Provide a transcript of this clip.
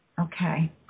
Okay